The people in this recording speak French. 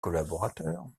collaborateurs